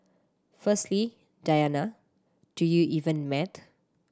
firstly Diana do you even mat